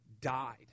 died